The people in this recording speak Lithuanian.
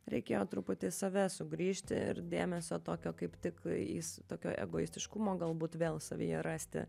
reikėjo truputį save sugrįžti ir dėmesio tokio kaip tik jis tokio egoistiškumo galbūt vėl savyje rasti